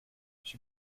she